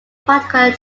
particular